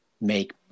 make